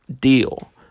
deal